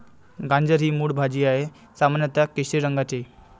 गाजर ही मूळ भाजी आहे, सामान्यत केशरी रंगाची